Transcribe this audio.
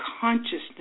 consciousness